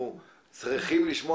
אנחנו צריכים לשמוע